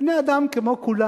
בני-אדם כמו כולם.